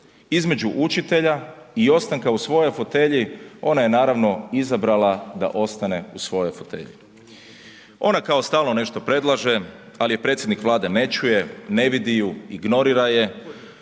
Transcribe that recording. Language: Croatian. između učitelja i ostanka u svojoj fotelji, ona je naravno izabrala da ostane u svojoj fotelji. Ona kao stalno nešto predlaže ali je predsjednik Vlade ne čuje, ne vidi ju, ignorira je,